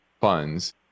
funds